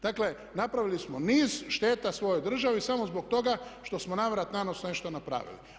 Dakle, napravili smo niz šteta svojoj državi samo zbog toga što smo na vrat na nos nešto napravili.